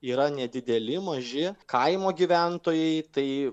yra nedideli maži kaimo gyventojai tai